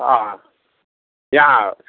अँ याँ